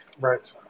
Right